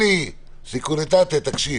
אלי, תקשיב.